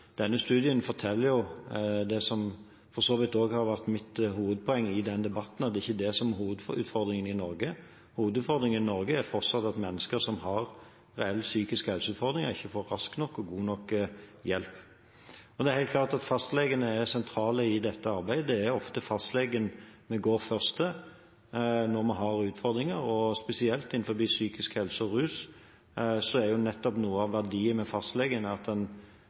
Denne studien forteller det som for så vidt også har vært mitt hovedpoeng i den debatten, at det ikke er det som er hovedutfordringen i Norge. Hovedutfordringen i Norge er fortsatt at mennesker som har reelle psykiske helseutfordringer, ikke får rask nok og god nok hjelp. Fastlegene er helt klart sentrale i dette arbeidet. Det er ofte fastlegen vi går først til når vi har utfordringer. Spesielt innenfor psykisk helse og rus er noe av verdien med fastlegen at en